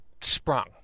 sprung